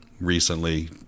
recently